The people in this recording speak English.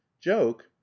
joke